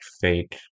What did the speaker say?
fake